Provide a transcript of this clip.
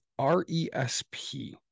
RESP